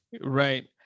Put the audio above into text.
right